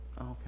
okay